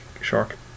Shark